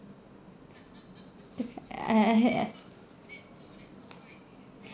I I I